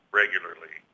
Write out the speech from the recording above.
regularly